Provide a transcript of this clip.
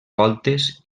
voltes